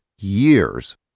years